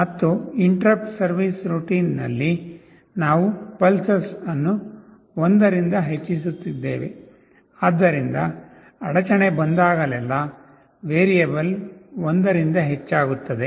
ಮತ್ತು interrupt service routine ನಲ್ಲಿ ನಾವು "pulses" ಅನ್ನು 1 ರಿಂದ ಹೆಚ್ಚಿಸುತ್ತಿದ್ದೇವೆ ಆದ್ದರಿಂದ ಅಡಚಣೆ ಬಂದಾಗಲೆಲ್ಲಾ ವೇರಿಯೇಬಲ್ 1 ರಿಂದ ಹೆಚ್ಚಾಗುತ್ತದೆ